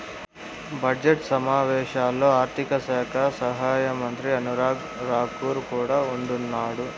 budget సమావేశాల్లో ఆర్థిక శాఖ సహాయమంత్రి అనురాగ్ రాకూర్ కూడా ఉండిన్నాడు